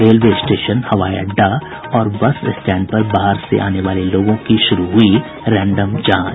railway station हवाई अड्डा और बस स्टैंड पर बाहर से आने वाले लोगों की शुरू हुई रैंडम जांच